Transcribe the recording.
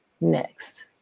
next